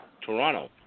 Toronto